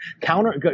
counter